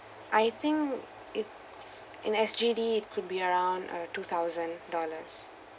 I think it in S_G_D could be around uh two thousand dollars